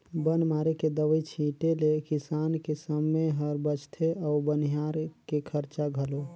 बन मारे के दवई छीटें ले किसान के समे हर बचथे अउ बनिहार के खरचा घलो